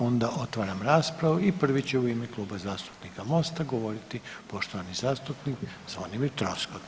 Onda otvaram raspravu i prvi će u ime Kluba zastupnika Mosta govoriti poštovani zastupnik Zvonimir Troskot.